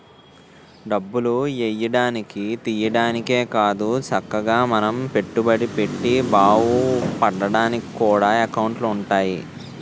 డబ్బులు ఎయ్యడానికి, తియ్యడానికే కాదు చక్కగా మనం పెట్టుబడి పెట్టి బావుపడ్డానికి కూడా ఎకౌంటులు ఉంటాయి